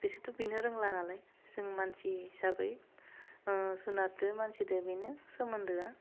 बिसोरथ' बिनो रोंला नालाय जों मानसि हिसाबै ओह जुनादजों मानसिजों बेनो सोमोन्दोआ